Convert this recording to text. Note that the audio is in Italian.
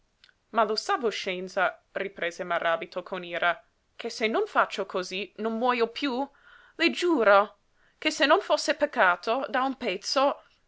ma lo sa voscenza riprese maràbito con ira che se non faccio cosí non muojo piú le giuro che se non fosse peccato da un pezzo